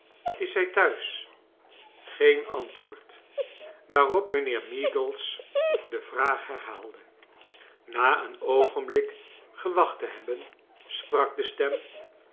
is zij thuis green antwoord waarop mijnheer meagles de vraag herhaalde na een oogenblik gewacht te hebben sprak de stem